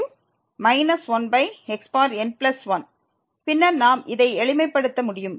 nxn1 பின்னர் நாம் இதை எளிமைப்படுத்த முடியும்